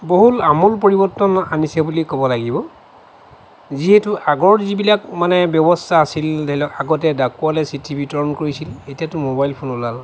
বহুল আমূল পৰিবৰ্তন আনিছে বুলি ক'ব লাগিব যিহেতু আগৰ যিবিলাক মানে ব্যৱস্থা আছিল ধৰি লওক আগতে ডাকোৱালে চিঠি বিতৰণ কৰিছিল এতিয়াটো মবাইল ফোন ওলাল